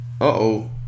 uh-oh